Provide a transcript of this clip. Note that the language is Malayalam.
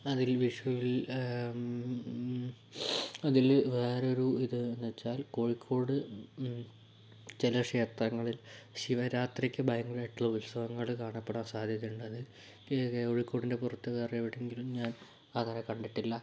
അതിൽ വിഷുവിൽ അതിൽ വേറൊരു ഇതെന്നു വച്ചാൽ കോഴിക്കോട് ചില ക്ഷേത്രങ്ങളിൽ ശിവരാത്രിക്ക് ഭയങ്കരമായിട്ടുള്ള ഉത്സവങ്ങൾ കാണപ്പെടാൻ സാധ്യതയുണ്ട് അത് കോഴിക്കോടിന്റെ പുറത്ത് വേറെ എവിടെയെങ്കിലും ഞാൻ അങ്ങനെ കണ്ടിട്ടില്ല